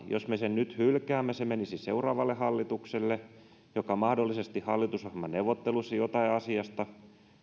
jos me sen nyt hylkäämme se menisi seuraavalle hallitukselle joka mahdollisesti hallitusohjelmaneuvotteluissa jotain asiasta